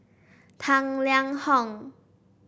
Tang Liang Hong